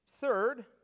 Third